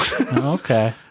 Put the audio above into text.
Okay